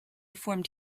formed